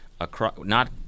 across—not